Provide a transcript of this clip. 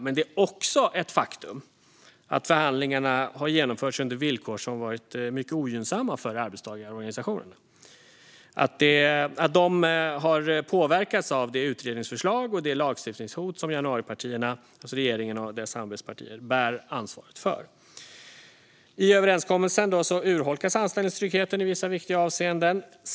Men det är också ett faktum att förhandlingarna har genomförts under villkor som varit mycket ogynnsamma för arbetstagarorganisationerna och att de har påverkats av det utredningsförslag och det lagstiftningshot som januaripartierna, alltså regeringen och dess samarbetspartier, bär ansvaret för. I överenskommelsen urholkas anställningstryggheten i vissa viktiga avseenden.